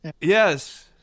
Yes